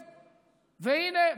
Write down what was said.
והינה,